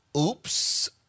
Oops